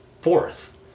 fourth